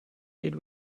did